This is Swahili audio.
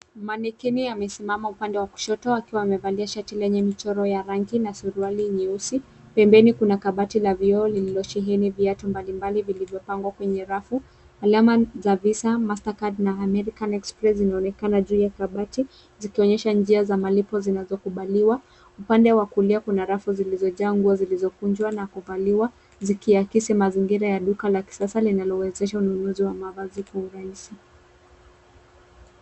Manekeni amesimama upande wa kushoto akiwa amevalia shati lenye michoro ya rangi na suruali nyeusi. Pembeni kuna kabati la vioo lililosheni viatu mbalimbali vilivyopangwa kwenye rafu. Alama za Visa, Mastercard na American Express zinaonekana juu ya kabati zikionyesha njia za malipo zinazokubaliwa. Upande wa kulia kuna rafu zilizojaa nguo zilizokunjwa na kuvaliwa zikiakisi mazingira ya duka la kisasa linalowezesha ununuzi wa mavazi kwa urahisi.